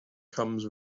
comes